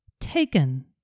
taken